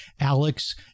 Alex